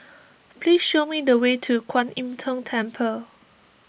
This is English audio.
please show me the way to Kuan Im Tng Temple